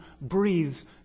breathes